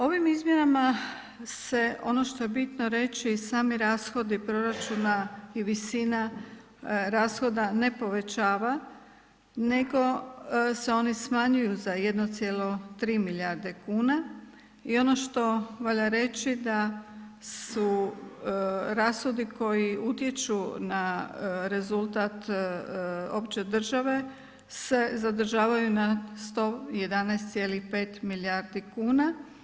Ovim izmjenama se, ono što je bitno reći sami rashodi proračuna i visina rashoda ne povećava nego se oni smanjuju za 1,3 milijarde kuna i ono što valja reći da su rashodi koji utječu na rezultat opće države se zadržavaju na 111,5 milijardi kuna.